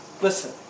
Listen